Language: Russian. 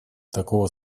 такого